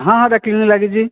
ହଁ ହଁ ଦେଖିଲି ଲାଗିଛି